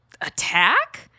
attack